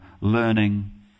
learning